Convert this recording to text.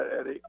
Eddie